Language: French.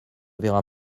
verra